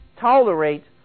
tolerate